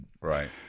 Right